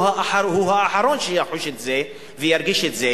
או שהוא האחרון שיחוש את זה וירגיש את זה,